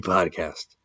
Podcast